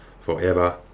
forever